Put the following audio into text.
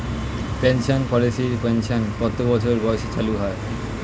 Pension পলিসির pension কত বছর বয়সে চালু হয়?